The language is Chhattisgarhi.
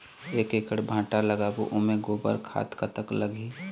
एक एकड़ भांटा लगाबो ओमे गोबर खाद कतक लगही?